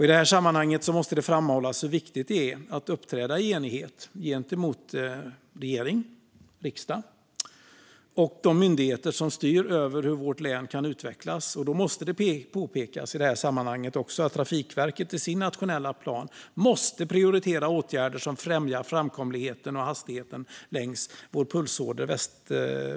I det här sammanhanget måste det framhållas hur viktigt det är att uppträda i enighet gentemot regering, riksdag och de myndigheter som styr över hur vårt län kan utvecklas. Det måste också i det här sammanhanget påpekas att Trafikverket i sin nationella plan måste prioritera åtgärder som främjar framkomligheten och hastigheten längs vår pulsåder Västkustbanan.